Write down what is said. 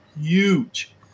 huge